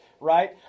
right